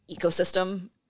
ecosystem